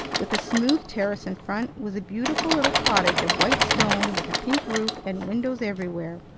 with a smooth terrace in front, was a beautiful little cottage of white stone, with a pink roof, and windows everywhere.